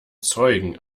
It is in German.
zeugen